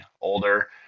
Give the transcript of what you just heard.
older